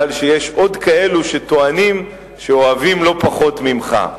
שיש עוד כאלה שטוענים שהם אוהבים לא פחות ממך.